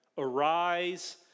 Arise